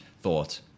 thought